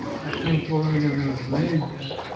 i think oregon was made then